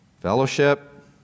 Fellowship